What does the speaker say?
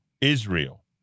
Israel